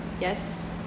yes